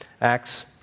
Acts